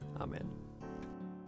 Amen